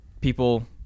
people